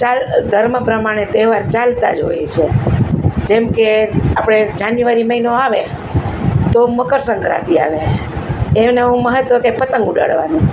ચાલ ધર્મ પ્રમાણે તહેવાર ચાલતા જ હોય છે જેમ કે આપણે જાન્યુઆરી મહિનો આવે તો મકર સંક્રાંતિ આવે એનું મહત્વ કે પતંગ ઉડાવવાનું